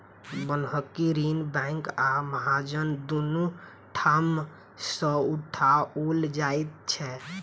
बन्हकी ऋण बैंक आ महाजन दुनू ठाम सॅ उठाओल जाइत छै